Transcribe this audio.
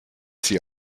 sie